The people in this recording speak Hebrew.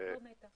לא מתה.